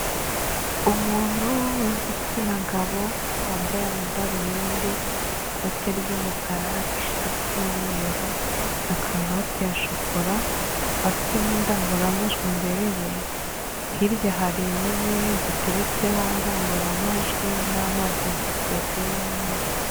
Umuntu w'igitsina gabo wambaye amadarubindi, ikote ry'umukara, ishati y'umweru na karuvate ya shokora, afite n'indangururamajwi imbere ye, hirya hari intebe ziteretseho indangururamajwi n'amazi ya sosiyete y'inyange.